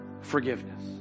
forgiveness